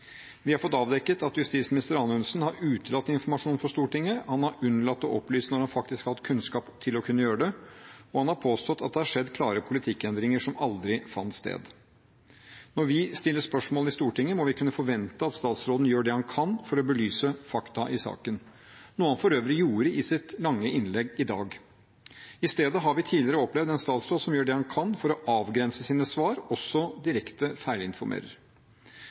Vi har fått avdekket at justisminister Anundsen har utelatt informasjon for Stortinget, han har unnlatt å opplyse når han faktisk har hatt kunnskap til å kunne gjøre det, og han har påstått at det har skjedd klare politikkendringer som aldri fant sted. Når vi stiller spørsmål i Stortinget, må vi kunne forvente at statsråden gjør det han kan for å belyse fakta i saken, noe han for øvrig gjorde i sitt lange innlegg i dag. I stedet har vi tidligere opplevd en statsråd som gjør det han kan for å avgrense sine svar, og som også direkte feilinformerer.